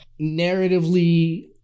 narratively